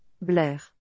Blair